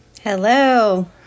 Hello